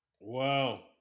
Wow